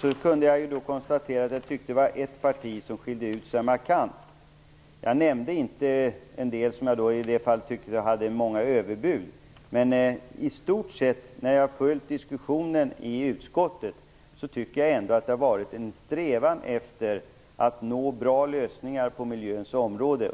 jag kunde då konstatera att det var ett parti som markant skilde sig från de övriga. Jag nämnde däremot inte andra partier som jag tycker kommer med många överbud. När jag har följt diskussionen i utskottet har jag ändå tyckt att det i stort sett har funnits en strävan efter att nå bra lösningar på miljöns område.